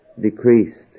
decreased